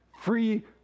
free